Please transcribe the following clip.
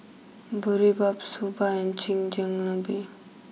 Boribap Soba and Chigenabe